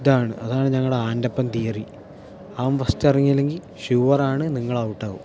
ഇതാണ് അതാണ് ഞങ്ങടെ ആൻറ്റപ്പൻ തിയറി അവൻ ഫസ്റ്റ് ഇറങ്ങിയില്ലെങ്കിൽ ഷുവർ ആണ് നിങ്ങൾ ഔട്ട് ആവും